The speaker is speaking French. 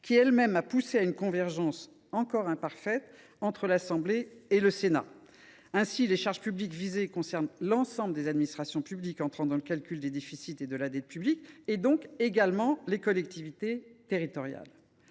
qui a elle même poussé à une convergence, encore imparfaite, entre l’Assemblée nationale et le Sénat. Ainsi, les charges publiques visées concernent l’ensemble des administrations publiques entrant dans le calcul des déficits et de la dette publique, donc également les collectivités territoriales.